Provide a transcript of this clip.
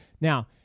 Now